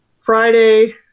Friday